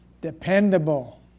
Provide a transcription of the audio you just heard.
dependable